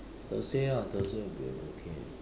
Thursday ah Thursday will be okay